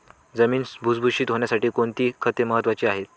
जमीन भुसभुशीत होण्यासाठी कोणती खते महत्वाची आहेत?